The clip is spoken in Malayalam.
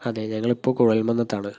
അതെ ഞങ്ങളിപ്പോൾ